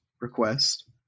request